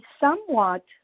somewhat